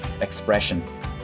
expression